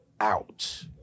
Out